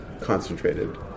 concentrated